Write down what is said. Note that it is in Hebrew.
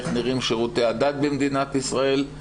איך נראים שירותי הדת במדינת ישראל.